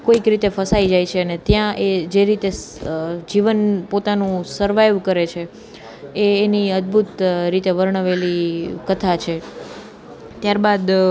કોઈક રીતે ફસાઈ જાય છે અને ત્યાં એ જે રીતે જીવન પોતાનું સર્વાઈવ કરે છે એ એની અદભૂત રીતે વર્ણવેલી કથા છે ત્યાર બાદ